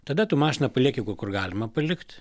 tada tu mašiną palieki kur galima palikt